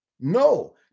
No